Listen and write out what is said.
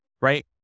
right